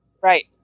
Right